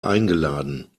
eingeladen